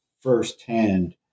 firsthand